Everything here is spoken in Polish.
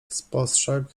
spostrzegł